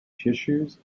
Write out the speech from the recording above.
tissues